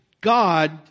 God